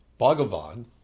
Bhagavan